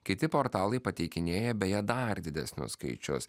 kiti portalai pateikinėja beje dar didesnius skaičius